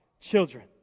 children